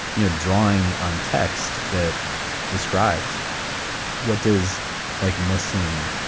you know, drawing on text that describes what is like muslim.